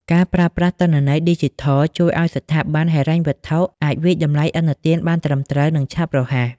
ការប្រើប្រាស់ទិន្នន័យឌីជីថល ជួយឱ្យស្ថាប័នហិរញ្ញវត្ថុអាចវាយតម្លៃឥណទានបានត្រឹមត្រូវ និងឆាប់រហ័ស។